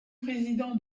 président